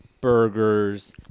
burgers